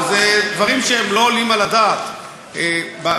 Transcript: הלוא אלה דברים שהם לא עולים על הדעת בחקיקה,